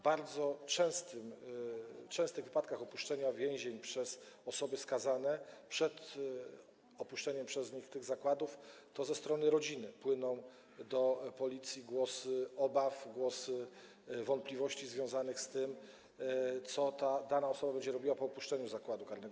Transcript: Bardzo często w przypadku opuszczania więzień przez osoby skazane przed opuszczeniem przez nich tych zakładów ze strony rodziny płyną do Policji głosy obaw, głosy wątpliwości związanych z tym, co ta osoba będzie robiła po opuszczeniu zakładu karnego.